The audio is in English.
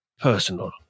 personal